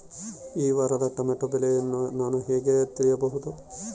ಈ ವಾರದ ಟೊಮೆಟೊ ಬೆಲೆಯನ್ನು ನಾನು ಹೇಗೆ ತಿಳಿಯಬಹುದು?